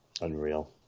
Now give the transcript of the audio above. Unreal